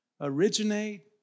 originate